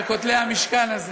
בין כותלי המשכן הזה,